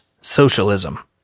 Socialism